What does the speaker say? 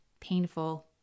painful